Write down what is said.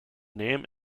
name